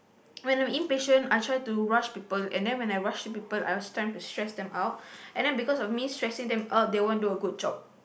when I'm impatient I try to rush people and then when I rush people I will tend to stress them out and then because me stressing them out they won't do a good job